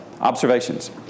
observations